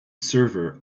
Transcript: server